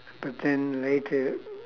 but then later